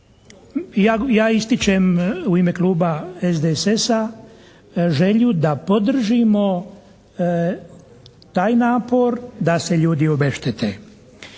ja ističem u ime Kluba SDSS-a želju da podržimo taj napor da se ljudi obeštete.